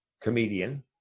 comedian